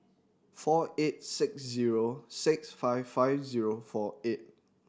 four eight six zero six five five zero four eight